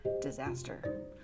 Disaster